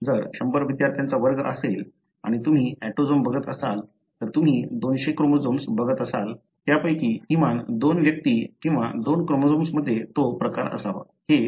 जर 100 विद्यार्थ्यांचा वर्ग असेल आणि तुम्ही ऑटोझोम बघत असाल तर तुम्ही 200 क्रोमोझोम्स बघत असाल त्यांपैकी किमान 2 व्यक्ती किंवा 2 क्रोमोझोम्समध्ये तो प्रकार असावा